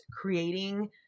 creating